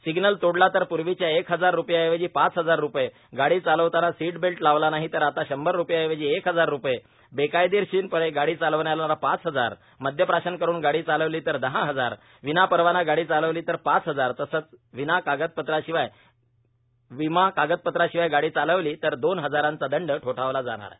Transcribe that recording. signal तोडला तर पूर्वीच्या एक हजार रूपयांऐवजी पाच हजार रूपये गाडी चालवताना सीट बेल्ट लावला नाही तर आता शंभर रूपयांऐवजी एक हजार रूपये बेकायदेशीरपणे गाडी चालवणाऱ्याला पाच हजार मद्यप्राशन करून गाडी चालवली तर दहा हजार विनापरवाना गाडी चालवली तर पाच हजार तसंच विमा कागदपत्रांशिवाय गाडी चालवली तर दोन हजाराचा दंड ठोठावला जाणार आहे